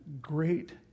great